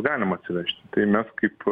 galim atsivežt tai mes kaip